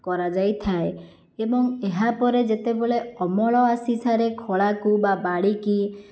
କରାଯାଇଥାଏ ଏବଂ ଏହାପରେ ଯେତେବେଳେ ଅମଳ ଆସିସାରେ ଖଳାକୁ ବା ବାଡ଼ିକି